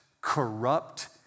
corrupt